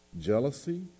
Jealousy